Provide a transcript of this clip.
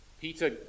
Peter